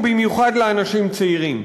ובמיוחד לאנשים צעירים.